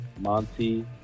Monty